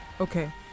Okay